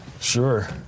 Sure